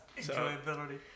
enjoyability